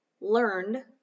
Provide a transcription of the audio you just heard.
learned